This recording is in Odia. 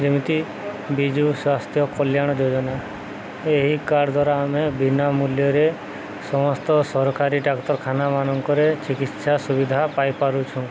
ଯେମିତି ବିଜୁ ସ୍ୱାସ୍ଥ୍ୟ କଲ୍ୟାଣ ଯୋଜନା ଏହି କାର୍ଡ଼ ଦ୍ୱାରା ଆମେ ବିନା ମୂଲ୍ୟରେ ସମସ୍ତ ସରକାରୀ ଡ଼ାକ୍ତରଖାନା ମାନଙ୍କରେ ଚିକିତ୍ସା ସୁବିଧା ପାଇପାରୁଛୁ